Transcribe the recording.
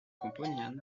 componían